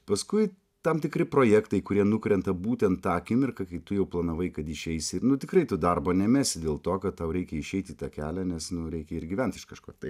paskui tam tikri projektai kurie nukrenta būtent tą akimirką kai tu jau planavai kad išeisi nu tikrai to darbo nemesi dėl to kad tau reikia išeiti į tą kelią nes nu reikia ir gyvent iš kažko tai